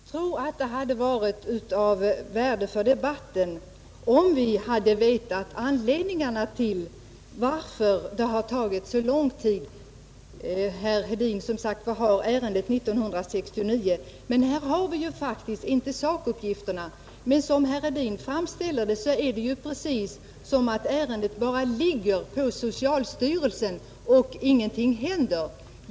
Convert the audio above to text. Herr talman! Jag tror att det hade varit av värde för debatten, om vi hade vetat anledningarna till att behandlingen av inkomna ansökningar tagit så lång tid. Herr Hedin säger att ett ärende legat sedan 1969. Men här har vi ju faktiskt inte fått veta sakuppgifterna. Som herr Hedin framställer det verkar det precis som om ärendena bara ligger hos socialstyrelsen och ingenting händer.